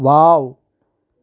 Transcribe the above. wow